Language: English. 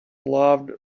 loved